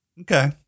okay